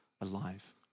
alive